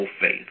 faith